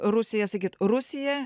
rusija sakyt rusija